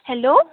hello